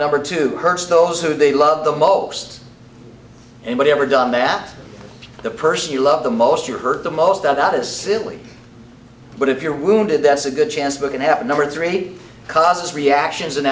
number two hurts those who they love the most anybody ever done that the person you love the most you hurt the most that is silly but if you're wounded that's a good chance we can have another three causes reactions